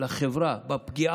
חבר הכנסת